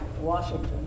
Washington